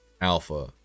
alpha